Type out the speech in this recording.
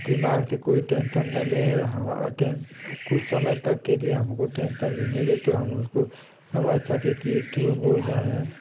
दिमाग से कोई टेंसन न लें हमा टेन कुछ समय तक के लिए हमको टेंसन भी मिले तो हम उसको समझ सके कि ये क्यू बोल रहे हैं